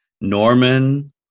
Norman